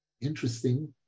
Interesting